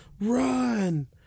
run